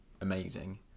amazing